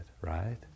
right